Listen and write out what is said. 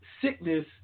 sickness